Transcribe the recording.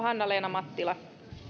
hanna leena mattila